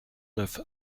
neuf